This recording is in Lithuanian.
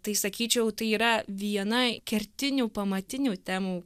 tai sakyčiau tai yra viena kertinių pamatinių temų